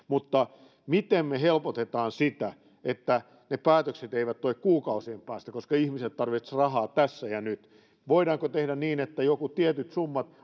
mutta miten me helpotamme sitä että ne päätökset eivät tule kuukausien päästä koska ihmiset tarvitsevat rahaa tässä ja nyt voidaanko tehdä niin että jotkut tietyt summat